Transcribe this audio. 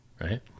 right